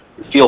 feel